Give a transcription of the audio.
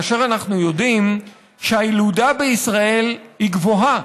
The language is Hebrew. כאשר אנחנו יודעים שהילודה בישראל היא גבוהה,